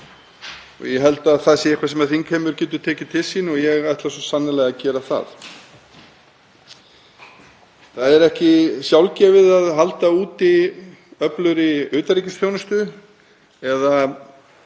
Ég held að það sé eitthvað sem þingheimur getur tekið til sín og ég ætla svo sannarlega að gera það. Það er ekki sjálfgefið að halda úti öflugri utanríkisþjónustu eða